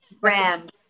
brand